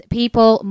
people